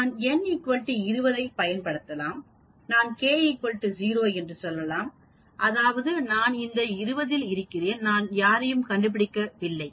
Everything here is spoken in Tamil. நான் n 20 ஐப் பயன்படுத்தலாம் நான் k 0 என்று சொல்லலாம் அதாவது நான் அந்த 20 இல் இருக்கிறேன் நான் யாரையும் கண்டுபிடிக்கவில்லை